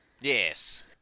yes